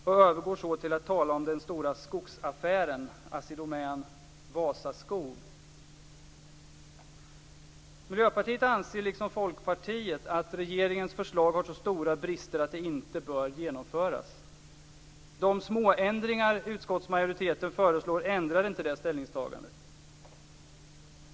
Jag övergår så till att tala om den stora skogsaffären Assi Domän-Vasaskog. Miljöpartiet anser liksom Folkpartiet att regeringens förslag har så stora brister att det inte bör genomföras. De småändringar som utskottsmajoriteten föreslår ändrar inte detta ställningstagande.